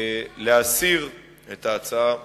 להסיר את ההצעות מסדר-היום.